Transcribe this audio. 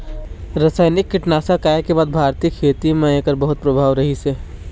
रासायनिक कीटनाशक आए के बाद भारतीय खेती म एकर बहुत प्रभाव रहीसे